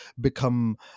become